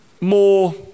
more